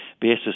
basis